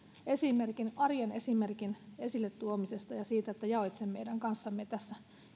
arjen esimerkin esille tuomisesta ja siitä että jaoit sen meidän kanssamme tässä